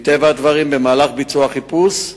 מטבע הדברים, במהלך החיפוש,